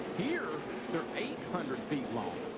here they're eight hundred feet long.